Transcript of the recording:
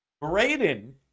Braden